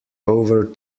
over